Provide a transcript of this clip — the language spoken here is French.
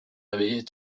réveillés